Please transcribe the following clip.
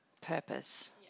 Purpose